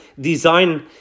design